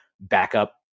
backup